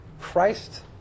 Christ